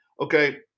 Okay